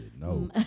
no